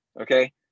okay